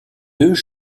deux